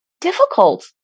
difficult